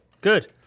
Good